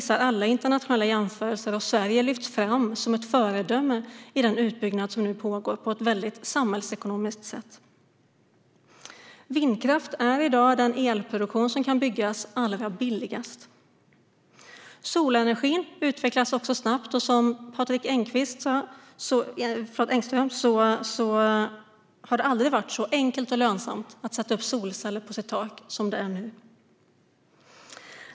Alla internationella jämförelser visar på detta, och Sverige lyfts fram som ett föredöme i den utbyggnad som nu pågår på ett samhällsekonomiskt fördelaktigt sätt. Vindkraft är i dag den elproduktion som kan byggas allra billigast. Solenergin utvecklas också snabbt. Som Patrik Engström sa har det aldrig varit så enkelt och lönsamt att sätta upp solceller på sitt tak som det är nu.